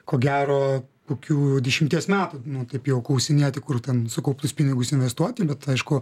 ko gero kokių dešimties metų nu taip jau klausinėti kur ten sukauptus pinigus investuoti bet aišku